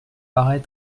paraît